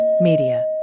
Media